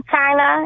China